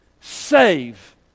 save